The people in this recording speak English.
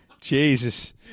Jesus